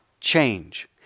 change